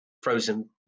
frozen